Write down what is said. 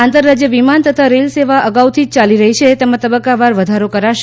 આંતરરાજ્ય વિમાન તથા રેલ સેવા અગાઉથી ચાલી રહી છે તેમાં તબક્કાવાર વધારો કરાશે